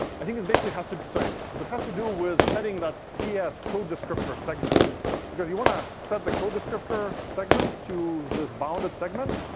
i think this basically has to to sorry. this has to do with setting that cs code descriptor segment because you want to set the code descriptor segment to this bounded segment,